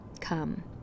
Come